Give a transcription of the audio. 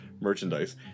merchandise